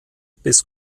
bis